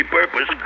purpose